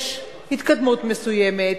יש התקדמות מסוימת,